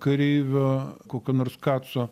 kareivio kokio nors kaco